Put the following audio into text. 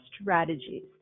strategies